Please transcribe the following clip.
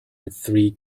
three